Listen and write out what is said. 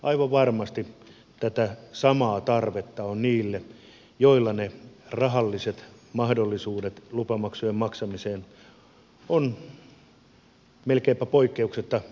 aivan varmasti tätä samaa tarvetta on niillä joilla ne rahalliset mahdollisuudet lupamaksujen maksamiseen ovat melkeinpä poikkeuksetta vieläkin huonommat